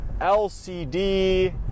lcd